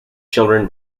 children